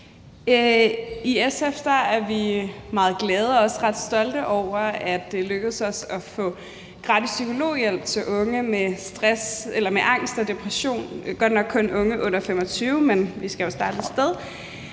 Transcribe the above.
I SF er vi meget glade for og også ret stolte over, at det er lykkedes os at få gratis psykologhjælp til unge med angst og depression, godt nok kun unge under 25 år, men vi skal jo starte et sted.